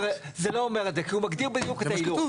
זה לא אומר את זה, כי הוא מגדיר בדיוק את האילוץ.